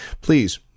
please